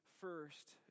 first